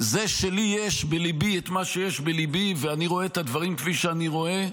זה שלי יש בליבי את מה שיש בליבי ואני רואה את הדברים כפי שאני רואה,